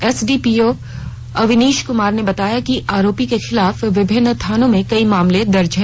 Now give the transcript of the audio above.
SDPO Avinash Kumar ने बताया कि आरोपी के खिलाफ विभिन्न थानों में कई मामले दर्ज हैं